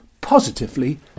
positively